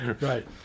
right